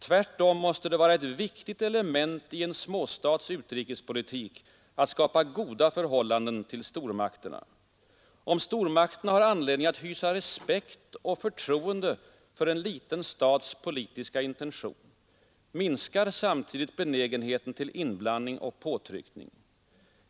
Tvärtom måste det vara ett viktigt element i en småstats utrikespolitik att skapa goda förhållanden till stormakterna. Om stormakterna har anledning att hysa respekt och förtroende för en liten stats politiska intention, minskar samtidigt benägenheten till inblandning och påtryckning.